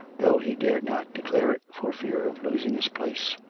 though he dared not declare it for fear of losing his place.